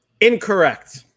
Incorrect